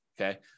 Okay